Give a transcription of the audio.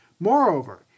Moreover